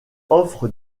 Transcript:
offre